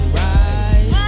right